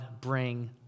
bring